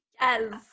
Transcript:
Yes